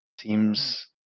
seems